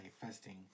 fasting